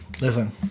Listen